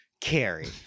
Carrie